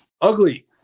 ugly